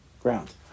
ground